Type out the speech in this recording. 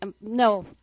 no